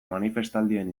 manifestaldien